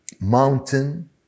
Mountain